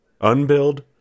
Unbuild